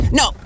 no